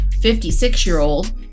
56-year-old